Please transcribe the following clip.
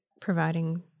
providing